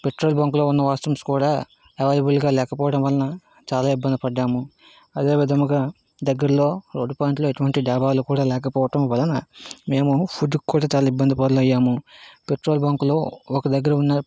petrol బంక్లో ఉన్న washrooms కూడా అవైలబుల్గా లేకపోవటం వలన చాలా ఇబ్బంది పడ్డాము అదే విధముగా దగ్గరలో రోడ్ పాయింట్లో ఎటువంటి డాబాలు కూడా లేకపోవటం వలన మేము ఫుడ్కు కూడా చాలా ఇబ్బంది పరులయ్యాము పెట్రోల్ బంకులో ఒక దగ్గర ఉన్న